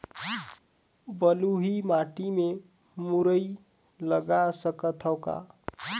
बलुही माटी मे मुरई लगा सकथव का?